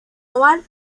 oval